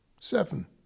seven